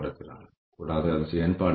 ആരോഗ്യ സുരക്ഷാ നിരക്കുകളും വ്യവഹാരങ്ങളും